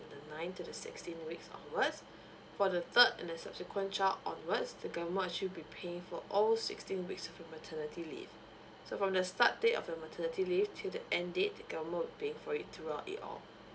on nine to the sixteen weeks onwards for the third and the subsequent child onwards the government actually be paying for all sixteen weeks of your maternity leave so from the start date of your maternity leave till the end date the government will pay for it throughout it all